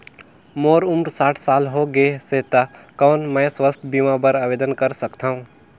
मोर उम्र साठ साल हो गे से त कौन मैं स्वास्थ बीमा बर आवेदन कर सकथव?